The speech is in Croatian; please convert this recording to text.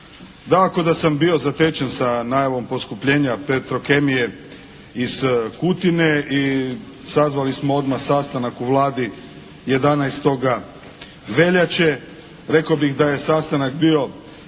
Dakako da sam bio zatečen sa najavom poskupljenja Petrokemije iz Kutine i sazvali smo odmah sastanak u Vladi 11. veljače. Rekao bih da je sastanak bio